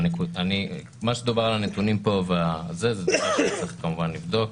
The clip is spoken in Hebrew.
מה שדובר על הנתונים פה זה משהו שצריך כמובן לבדוק,